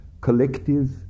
collective